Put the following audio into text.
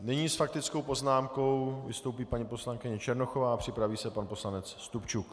Nyní s faktickou poznámkou vystoupí paní poslankyně Černochová a připraví se pan poslanec Stupčuk.